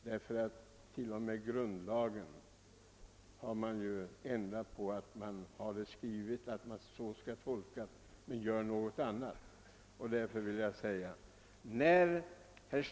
Men fastän man om grundlagen har skrivit att en viss tolkning skall gälla handlar man till och med beträffande denna på ett annat sätt.